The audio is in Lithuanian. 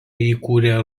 įkūrė